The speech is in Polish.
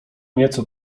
nieco